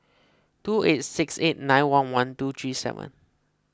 two eight six eight nine one one two three seven